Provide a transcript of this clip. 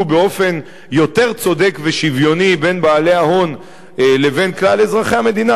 באופן יותר צודק ושוויוני בין בעלי ההון לבין כלל אזרחי המדינה,